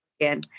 again